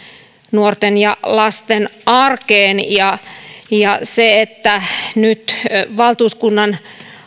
nuorten ja lasten arkeen ja ja nyt valtuuskunnan